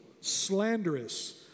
slanderous